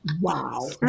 Wow